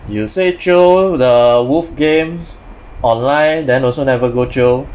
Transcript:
you say jio the wolf game online then also never go jio